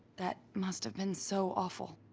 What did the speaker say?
that must have been so awful.